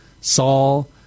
Saul